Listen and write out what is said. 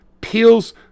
peels